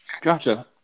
gotcha